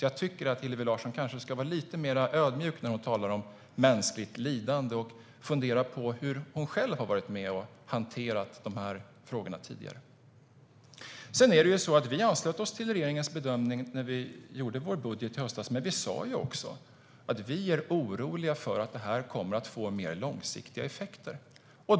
Jag tycker att Hillevi Larsson ska vara lite mer ödmjuk när hon talar om mänskligt lidande och fundera över hur hon själv har varit med och hanterat frågorna tidigare. Vi i Moderaterna anslöt oss till regeringens bedömning när vi gjorde vår budget i höstas, men vi sa också att vi är oroliga för att det här kommer att få mer långsiktiga effekter.